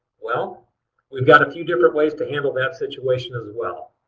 well we've got a few different ways to handle that situation as well.